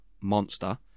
monster